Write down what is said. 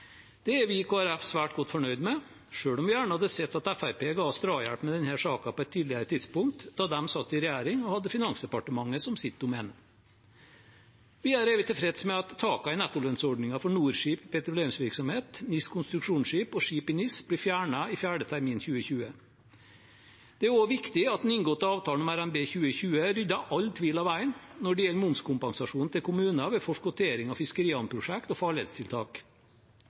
Det er vi i Kristelig Folkeparti svært godt fornøyd med, selv om vi gjerne hadde sett at Fremskrittspartiet ga oss drahjelp med denne saken på et tidligere tidspunkt, da de satt i regjering og hadde Finansdepartementet som sitt domene. Vi er evig tilfreds med at takene i nettolønnsordningen for NOR skip i petroleumsvirksomhet, NIS konstruksjonsskip og skip i NIS blir fjernet i 4. termin 2020. Det er også viktig at den inngåtte avtalen om RNB 2020 rydder all tvil av veien når det gjelder momskompensasjon til kommuner ved forskuttering av fiskerihavnprosjekt og farledstiltak.